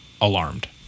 alarmed